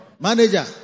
Manager